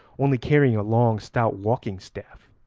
only carrying a long stout walking staff.